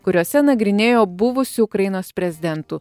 kuriose nagrinėjo buvusių ukrainos prezidentų